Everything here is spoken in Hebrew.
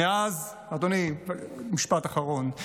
אדוני, משפט אחרון.